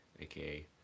aka